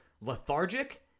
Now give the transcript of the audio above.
lethargic